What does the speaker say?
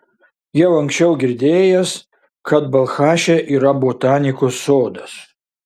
jau anksčiau girdėjęs kad balchaše yra botanikos sodas